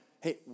hey